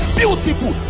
beautiful